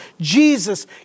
Jesus